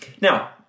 Now